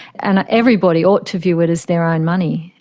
and everybody ought to view it as their own money.